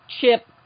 Chip